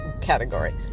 category